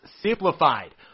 simplified